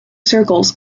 circles